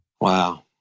Wow